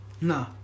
No